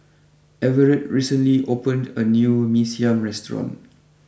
Everett recently opened a new Mee Siam restaurant